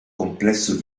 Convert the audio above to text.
complesso